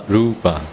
Rupa